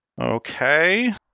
Okay